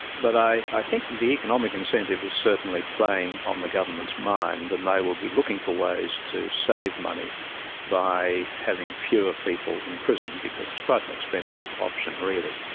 but i i think the the economic incentive is certainly playing on the government's mind, and they will be looking for ways to save money by having fewer people in prison because it's quite an expensive option really.